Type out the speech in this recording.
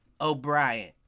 O'Brien